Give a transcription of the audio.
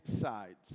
sides